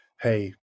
Hey